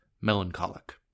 melancholic